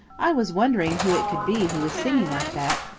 i was wondering who it could be who was singing like that.